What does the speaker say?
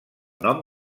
nom